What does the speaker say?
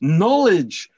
knowledge